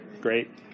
Great